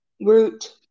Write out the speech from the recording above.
Root